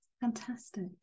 Fantastic